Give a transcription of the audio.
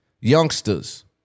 youngsters